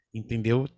entendeu